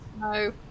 No